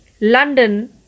London